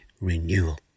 renewal